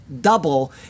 double